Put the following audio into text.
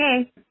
Okay